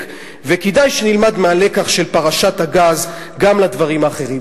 וכדאי שנלמד מהלקח של פרשת הגז גם לדברים האחרים.